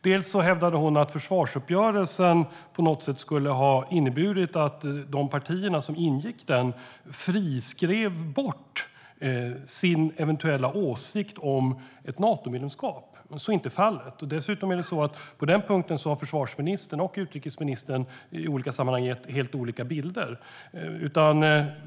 Hon hävdade att försvarsuppgörelsen på något sätt skulle ha inneburit att de partier som ingick den friskrev bort sin eventuella åsikt om ett Natomedlemskap. Så är inte fallet. Dessutom har försvarsministern och utrikesministern på den punkten i olika sammanhang gett helt olika bilder.